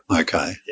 Okay